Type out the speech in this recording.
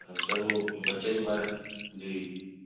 سر وہ بچے کے بارے جی